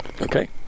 Okay